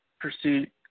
pursuit